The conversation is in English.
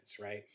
Right